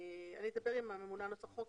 אני אדבר עם הממונה על נוסח החוק.